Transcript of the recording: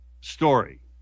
story